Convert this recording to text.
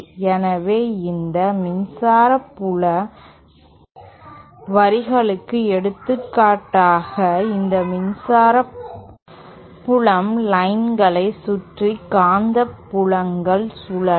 எனவே இந்த மின்சார புல வரிகளுக்கு எடுத்துக்காட்டாகஇந்த மின்சார புலம் லைன்களை சுற்றி காந்தப்புலங்கள் சுழலும்